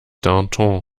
danton